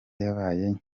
yabaye